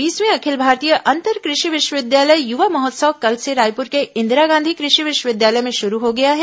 बीसवें अखिल भारतीय अंतर कृषि विश्वविद्यालय युवा महोत्सव कल से रायपूर के इंदिरा गांधी कृषि विश्वविद्यालय में शुरू हो गया है